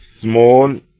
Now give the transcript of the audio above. small